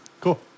cool